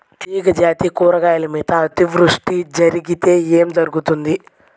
తీగజాతి కూరగాయల మీద అతివృష్టి జరిగితే ఏమి జరుగుతుంది?